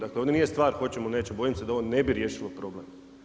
Dakle ovdje nije stvar hoćemo-nećemo, bojim se da ovo ne bi riješilo problem.